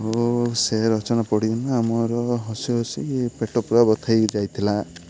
ଆଉ ସେ ରଚନା ପଢ଼ିକିନା ଆମର ହସି ହସି ପେଟ ପୁରା ବଥା ହେଇ ଯାଇଥିଲା